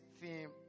theme